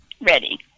ready